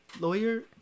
lawyer